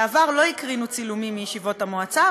בעבר לא הקרינו צילומים מישיבות המועצה,